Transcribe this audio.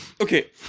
Okay